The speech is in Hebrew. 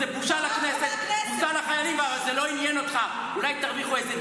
יצאת החוצה כמו שפן.